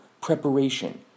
preparation